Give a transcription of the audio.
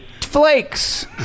flakes